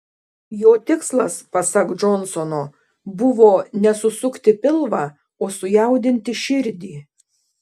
jo tikslas pasak džonsono buvo ne susukti pilvą o sujaudinti širdį